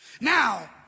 Now